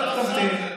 רק תמתין.